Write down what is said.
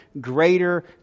greater